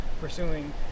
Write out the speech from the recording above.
pursuing